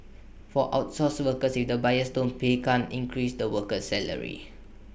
for outsourced workers if the buyers don't pay can't increase the worker's salary